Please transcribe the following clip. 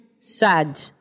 sad